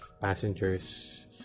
passengers